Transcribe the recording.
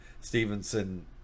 Stevenson